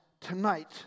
tonight